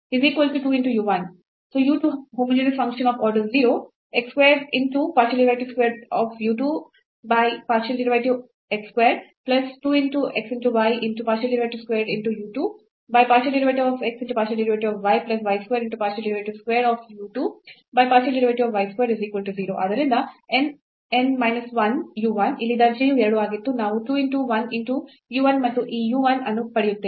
ನಾವು 2 into 1 into u 1 ಮತ್ತು ಈ u 1 ಅನ್ನು ಪಡೆಯುತ್ತೇವೆ